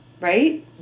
right